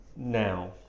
Now